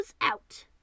out